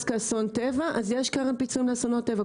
כאסון טבע יש קרן פיצויים לאסון טבע.